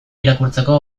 irakurtzeko